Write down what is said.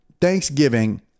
Thanksgiving